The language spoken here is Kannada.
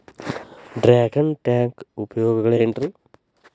ಡ್ರ್ಯಾಗನ್ ಟ್ಯಾಂಕ್ ಉಪಯೋಗಗಳೆನ್ರಿ?